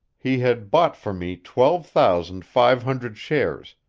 he had bought for me twelve thousand five hundred shares,